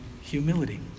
humility